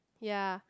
yeah